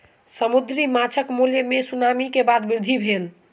समुद्री माँछक मूल्य मे सुनामी के बाद वृद्धि भेल